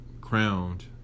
crowned